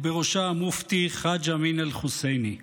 ובראשה מופתי חאג' אמין אל-חוסייני.